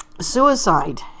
suicide